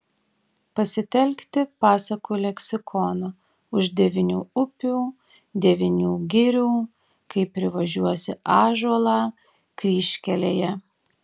pasitelkti pasakų leksikoną už devynių upių devynių girių kai privažiuosi ąžuolą kryžkelėje